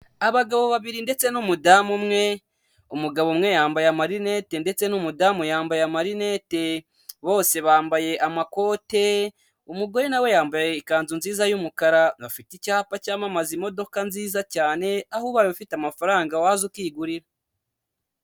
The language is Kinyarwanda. Abagabo babiri ndetse n'umudamu umwe, umugabo umwe yambaye marinete ndetse n'umudamu yambaye marinete, bose bambaye amakote, umugore nawe yambaye ikanzu nziza y'umukara, icyapa cyamamaza imodoka nziza cyane, aho ubaye ufite amafaranga waza ukigurira.